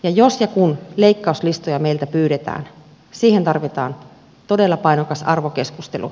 jos ja kun leikkauslistoja meiltä pyydetään siihen tarvitaan todella painokas arvokeskustelu